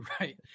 right